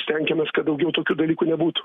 stenkimės kad daugiau tokių dalykų nebūtų